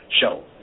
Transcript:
show